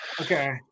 Okay